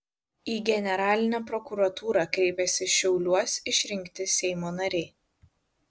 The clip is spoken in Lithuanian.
į generalinę prokuratūrą kreipėsi šiauliuos išrinkti seimo nariai